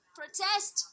protest